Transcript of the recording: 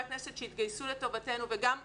הכנסת שיתגייסו לטובתנו וגם בקבינט,